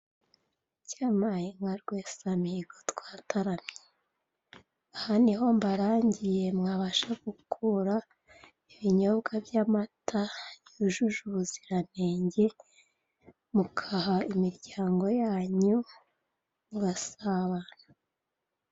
Yampayinka rwesamihigo twataramye, aha niho mbarangiye mwabasha gukura ibinyobwa by'amata byujuje ubuziranenge, mugaha imiryango yanyu mugasabana.